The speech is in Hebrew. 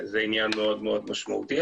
עניין מאוד מאוד משמעותי.